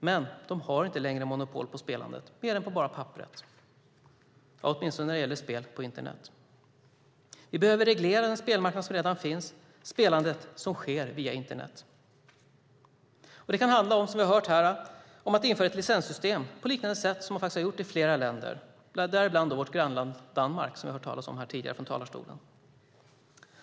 Men de har inte längre monopol på spelandet mer än på papperet, åtminstone när det gäller spel på internet. Vi behöver reglera den spelmarknad som redan finns, spelandet som sker via internet. Det kan handla om att införa ett licenssystem på liknande sätt som man gjort i flera länder, däribland vårt grannland Danmark, vilket vi hört från talarstolen tidigare.